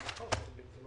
דעתכם?